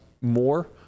more